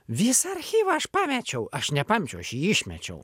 visą archyvą aš pamečiau aš nepamečiau aš jį išmečiau